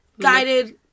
guided